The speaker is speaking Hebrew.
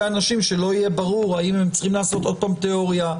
אנשים שלא יהיה ברור האם הם צריכים לעשות עוד פעם תיאוריה,